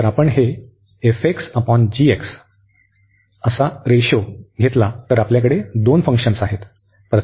जर आपण हे घेतले तर आपल्याकडे दोन फंक्शन्स आहेत